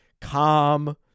calm